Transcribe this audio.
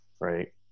right